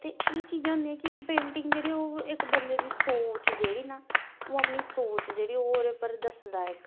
ते एह् चीज़ां होंदियां कि इक पेंटिंग जेह्ड़ी ओह् बंदे दी सोच जेह्ड़ी ना ओह् अपनी सोच जेह्ड़ी ओह् ओह्दे पर दसदा इक